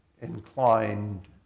inclined